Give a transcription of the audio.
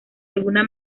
alguna